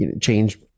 change